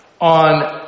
On